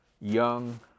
young